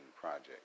project